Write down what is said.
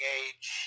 age